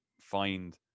find